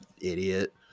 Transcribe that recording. idiot